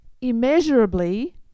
immeasurably